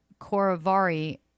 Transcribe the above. Coravari